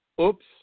Oops